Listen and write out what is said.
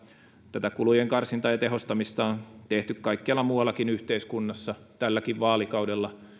tätä kulujen karsintaa ja tehostamista on tehty kaikkialla muuallakin yhteiskunnassa tälläkin vaalikaudella